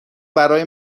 برای